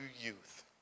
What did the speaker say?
youth